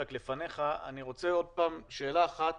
רק לפניך שאלה אחת